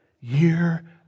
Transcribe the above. year